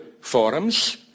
forums